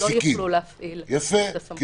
לא יוכלו להפעיל את הסמכויות --- מפסיקים.